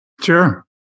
Sure